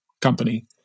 company